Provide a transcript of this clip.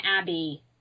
Abbey